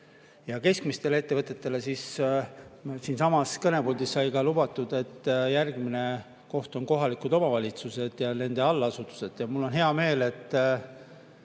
ja keskmistele ettevõtetele, siis siinsamas kõnepuldis sai lubatud, et järgmine koht on kohalikud omavalitsused ja nende allasutused. Mul on hea meel, et